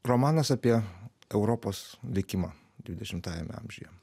romanas apie europos likimą dvidešimtajame amžiuje